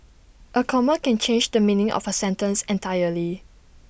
A comma can change the meaning of A sentence entirely